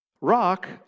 rock